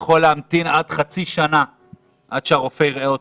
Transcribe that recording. יכול להמתין עד חצי שנה עד שהרופא יראה אותו,